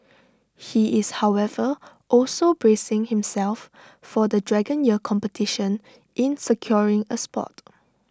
he is however also bracing himself for the dragon year competition in securing A spot